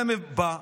היה בא,